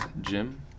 Jim